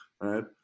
right